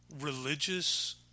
religious